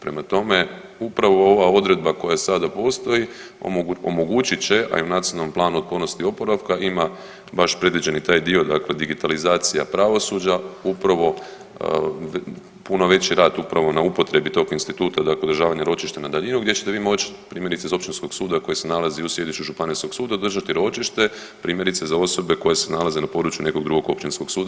Prema tome, upravo ova odredba koja sada postoji omogućit će a i u Nacionalnom planu otpornosti i oporavka ima baš predviđeni taj dio, dakle digitalizacija pravosuđa upravo puno veći rad upravo na upotrebi tog instituta, dakle održavanja ročišta na daljinu gdje ćete vi moći primjerice sa Općinskog suda koji se nalazi u sjedištu Županijskog suda održati ročište primjerice za osobe koje se nalaze na području nekog drugog Općinskog suda.